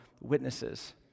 witnesses